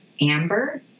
Amber